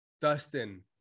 Dustin